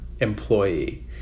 employee